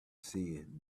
seeing